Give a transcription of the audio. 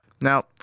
Now